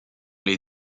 les